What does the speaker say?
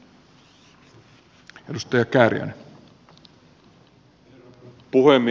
arvoisa puhemies